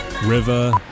River